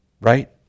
right